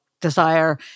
desire